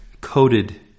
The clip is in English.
coated